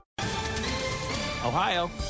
ohio